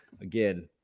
again